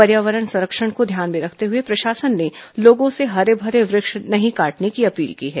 पर्यावरण संरक्षण को ध्यान में रखते हुए प्रशासन ने लोगों से हरे भरे वृक्ष नहीं काटने की अपील की है